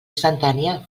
instantània